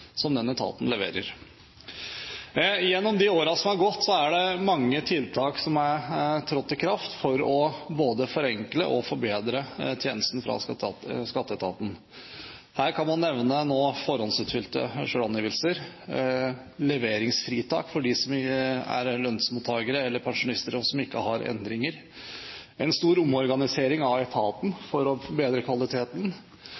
om den kvaliteten som den etaten leverer. Gjennom de årene som har gått, er det mange tiltak som er trådt i kraft for både å forenkle og forbedre tjenesten fra Skatteetaten. Her kan man nevne forhåndsutfylte selvangivelser, leveringsfritak for dem som er lønnsmottagere eller pensjonister og som ikke har endringer – en stor omorganisering av